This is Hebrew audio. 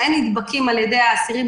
שאין נדבקים על-ידי האסירים,